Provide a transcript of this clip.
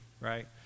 right